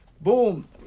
boom